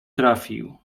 trafił